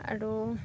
আৰু